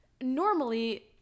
normally